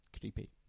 creepy